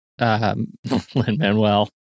Lin-Manuel